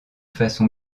façon